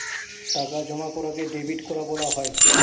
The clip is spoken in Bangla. টাকা জমা করাকে ডেবিট করা বলা হয়